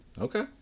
Okay